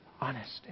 honesty